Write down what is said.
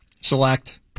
select